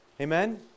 Amen